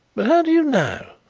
but how do you know?